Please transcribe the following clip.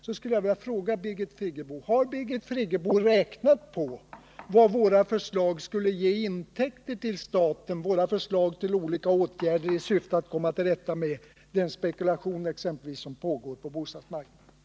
Då skulle jag vilja fråga: Har Birgit Friggebo räknat på vad våra förslag skulle ge i intäkter till staten, t.ex. våra förslag om olika åtgärder i syfte att komma till rätta med den spekulation som pågår på bostadsmarknaden?